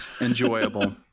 Enjoyable